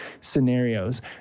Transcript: scenarios